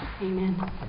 Amen